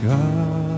God